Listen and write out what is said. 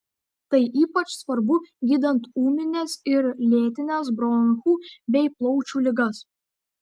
tai ypač svarbu gydant ūmines ir lėtines bronchų bei plaučių ligas